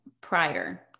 prior